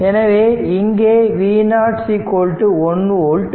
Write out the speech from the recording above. எனவே இங்கே V0 1 volt